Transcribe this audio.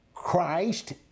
Christ